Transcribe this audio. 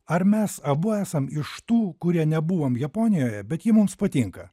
ar mes abu esam iš tų kurie nebuvom japonijoje bet ji mums patinka